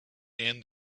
end